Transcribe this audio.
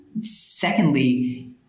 Secondly